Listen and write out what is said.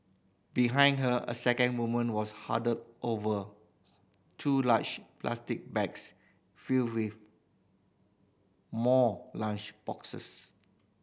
behind her a second woman was huddled over two large plastic bags filled with more lunch boxes